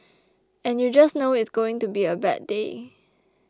and you just know it's going to be a bad day